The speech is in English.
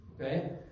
Okay